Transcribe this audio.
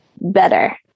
better